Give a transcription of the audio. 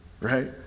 right